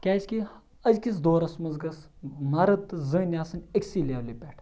کیٛازِکہِ أزکِس دورَس منٛز گٔژھ مَرٕد تہٕ زٔنۍ آسٕنۍ أکسٕے لٮ۪ولہِ پٮ۪ٹھ